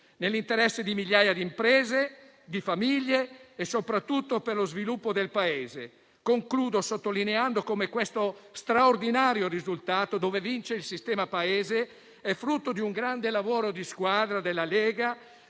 nell'interesse di migliaia di imprese, di famiglie e soprattutto per lo sviluppo del Paese. Concludo sottolineando come questo straordinario risultato, dove vince il sistema Paese, è frutto di un grande lavoro di squadra della Lega,